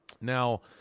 Now